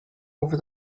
over